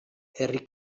herri